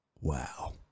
Wow